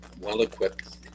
well-equipped